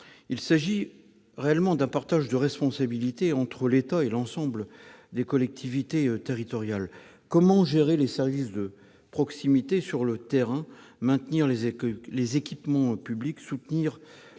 Il s'agit réellement d'un partage des responsabilités entre l'État et l'ensemble des collectivités territoriales : comment gérer les services de proximité sur le terrain, maintenir les équipements publics, soutenir